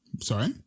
Sorry